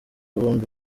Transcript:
bombi